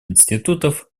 институтов